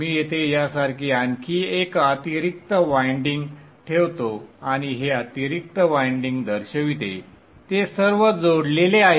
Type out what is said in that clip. मी येथे यासारखे आणखी एक अतिरिक्त वायंडिंग ठेवतो आणि हे अतिरिक्त वायंडिंग दर्शविते ते सर्व जोडलेले आहेत